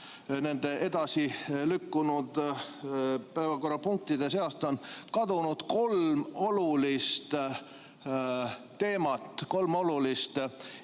nende edasilükkunud päevakorrapunktide seast on kadunud kolm olulist teemat, kolm olulist